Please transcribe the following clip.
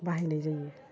बाहायनाय जायो